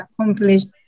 accomplished